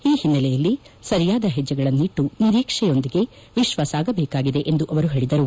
ಈ ಹಿನ್ನೆಲೆಯಲ್ಲಿ ಸರಿಯಾದ ಹೆಜ್ಜೆಗಳನ್ನಿಟ್ಟು ನಿರೀಕ್ಷೆಯೊಂದಿಗೆ ವಿಶ್ವ ಸಾಗಬೇಕಾಗಿದೆ ಎಂದು ಅವರು ಹೇಳಿದರು